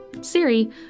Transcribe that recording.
Siri